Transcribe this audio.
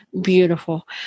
Beautiful